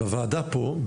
בוועדה פה,